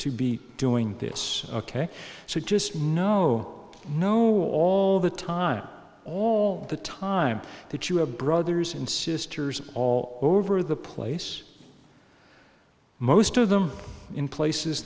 to be doing this ok so just no no no all the time all the time that you have brothers and sisters all over the place most of them in places